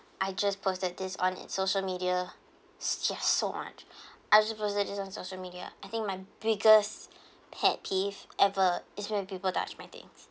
I just posted this on social media ya so much I just posted this on social media I think my biggest pet peeve ever is when people touch my things